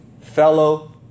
Fellow